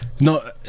No